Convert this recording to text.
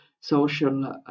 social